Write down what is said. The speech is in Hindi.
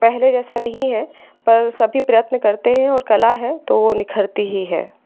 पहले जैसा नहीं है पर सभी प्रयत्न करते हैं और कला है तो वो निखरती ही है